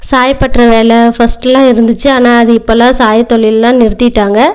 சாயப்பட்டுற வேலை ஃபஸ்ட்டுலாம் இருந்துச்சு ஆனால் அது இப்போலாம் சாய தொழில்லாம் நிறுத்திட்டாங்கள்